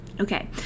okay